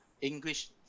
English